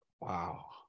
wow